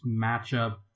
matchup